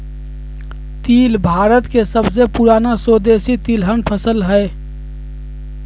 तिल भारत के सबसे पुराना स्वदेशी तिलहन फसल हइ